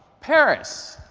paris,